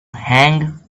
hang